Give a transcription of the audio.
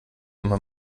immer